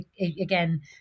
again